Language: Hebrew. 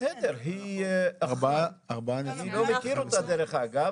בסדר, אני לא מכיר אותה דרך אגב.